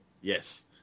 yes